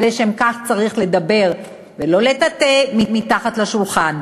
ולשם כך צריך לדבר ולא לטאטא אל מתחת לשולחן.